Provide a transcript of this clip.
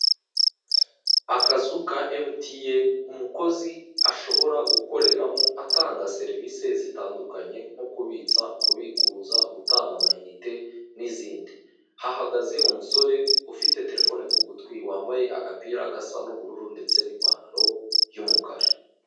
Akazu ka emutiyeni umukozi ashobora gukoreramo atanga serivisi zitandukanye nko kubitsa, kubikuza, gutanga amayinite n'izindi, hahagaze umusore ufite telefone ku gutwi wambaye agapira gasa n'ubururu ndetse n'ipantaro y'umukara.